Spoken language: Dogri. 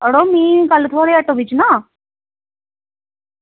मड़ो मी कल थुआढ़े आटो बिच्च ना